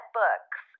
books